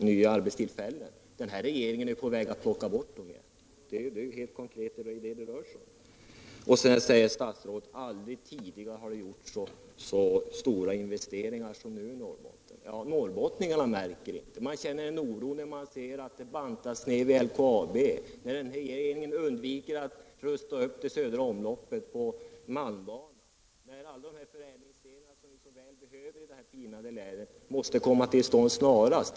Dessa arbetstillfällen är den nuvarande regeringen på väg att plocka bort — det är ju detta frågan konkret rör sig om. Aldrig tidigare har det gjorts så stora investeringar som nu i Norrbotten, säger statsrådet. Norrbottningarna märker inte det. De känner oro när de ser hur verksamheten vid LKAB bantas ner och hur regeringen undviker att rusta upp det södra omloppet på malmbanan. Alla de förädlingsgrenar som vi så väl behöver i det här pinade länet måste komma till stånd snarast.